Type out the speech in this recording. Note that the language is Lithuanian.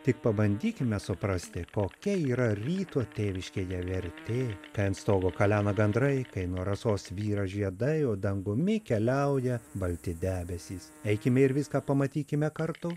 tik pabandykime suprasti kokia yra ryto tėviškėje vertė kai ant stogo kalena gandrai kai nuo rasos svyra žiedai o dangumi keliauja balti debesys eikime ir viską pamatykime kartu